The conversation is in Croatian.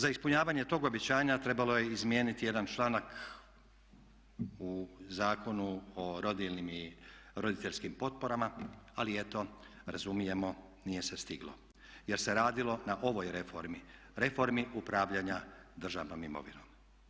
Za ispunjavanje tog obećanja trebalo je izmijeniti jedan članak u Zakonu o rodiljnim i roditeljskim potporama ali eto razumijemo nije se stiglo jer se radilo na ovoj reformi, reformi upravljanja državnom imovinom.